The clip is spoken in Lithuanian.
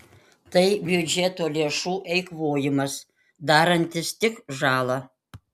tai biudžeto lėšų eikvojimas darantis tik žalą